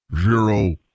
zero